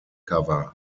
cover